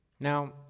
Now